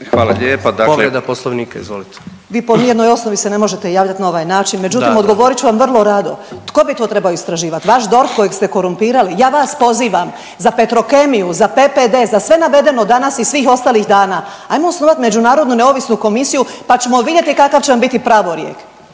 Karolina (Nezavisni)** Vi po nijednoj osnovi se ne možete javljat na ovaj način, međutim odgovorit ću vam vrlo rado, tko bi to trebao istraživat, vaš DORH kojeg ste korumpirali? Ja vas pozivam za Petrokemiju, za PPD, za sve navedeno danas i svih ostalih dana. Ajmo osnovat međunarodnu neovisnu komisiju, pa ćemo vidjeti kakav će vam biti pravorijek.